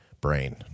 brain